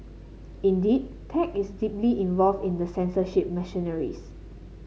indeed tech is deeply involved in the censorship machineries